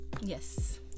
yes